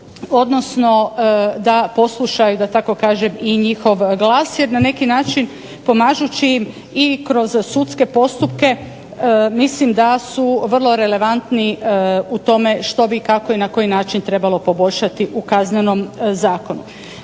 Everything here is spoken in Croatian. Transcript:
odnosno da posluša da tako kažem i njihov glas jer na neki način pomažući im i kroz sudske postupke mislim da su vrlo relevantni u tome što bi, kako i na koji način trebalo poboljšati u Kaznenom zakonu.